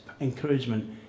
Encouragement